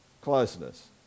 closeness